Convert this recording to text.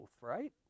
right